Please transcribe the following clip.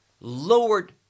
lowered